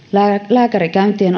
lääkärikäyntien